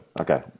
okay